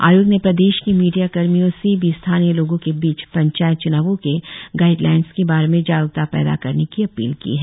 आयोग ने प्रदेश के मीडिया कर्मियों से भी स्थानीय लोगों के बीच पंचायत च्नावों के गाइडलाइन्स के बारे में जागरुकता पैदा करने की अपील की है